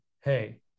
hey